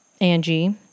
angie